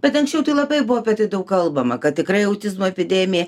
bet anksčiau tai labai buvo apie tai daug kalbama kad tikrai autizmo epidemija